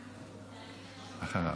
אחריו.